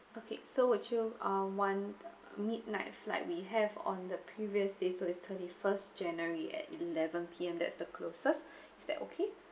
okay so would you uh want midnight flight we have on the previous day so is thirty first january at eleven P_M that's the closest is that okay